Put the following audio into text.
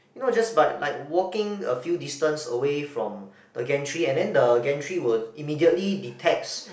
no just but like walking a few distance away from the gantry and then the gantry will immediately detects